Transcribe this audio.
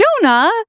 Jonah